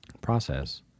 process